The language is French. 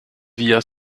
via